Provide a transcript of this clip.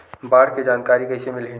बाढ़ के जानकारी कइसे मिलही?